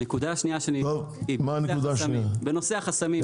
הנקודה השנייה היא בנושא החסמים.